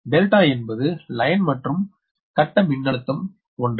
delta என்பது வரி மற்றும் கட்ட மின்னழுத்தம் ஒன்றே